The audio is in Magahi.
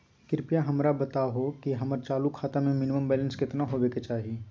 कृपया हमरा बताहो कि हमर चालू खाता मे मिनिमम बैलेंस केतना होबे के चाही